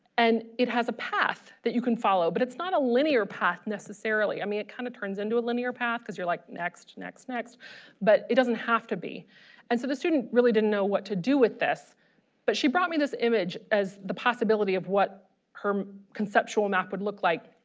and it has a path that you can follow but it's not a linear path necessarily i mean it kind of turns into a linear path cuz you're like next next next but it doesn't have to be and so the student really didn't know what to do with this but she brought me this image as the possibility of what her conceptual map would look like